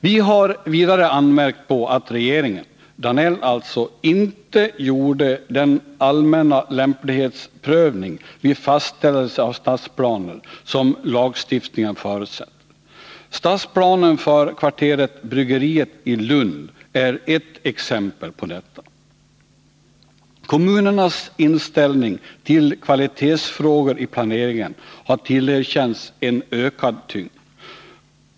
Vi har vidare anmärkt på att regeringen — Georg Danell alltså — inte gjorde den allmänna lämplighetsprövning vid fastställelse av stadsplaner som lagstiftningen förutsätter. Stadsplanen för kvarteret Bryggeriet i Lund är ett exempel på detta. Kommunernas inställning till kvalitetsfrågor i planeringen har tillerkänts en ökad tyngd.